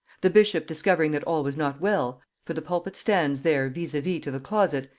the bishop discovering that all was not well, for the pulpit stands there vis a vis to the closet,